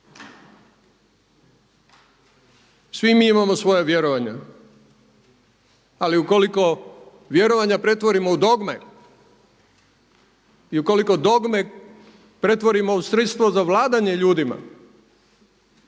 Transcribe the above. Svi mi imamo svoja vjerovanja, ali ukoliko vjerovanja pretvorimo u dogme i ukoliko dogme pretvorimo u sredstvo za vladanje ljudima,